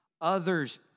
others